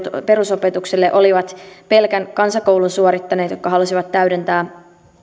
perusopetukselle olivat pelkän kansakoulun suorittaneet jotka halusivat täydentää